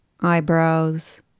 eyebrows